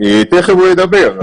תכף הוא ידבר.